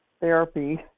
therapy